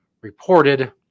reported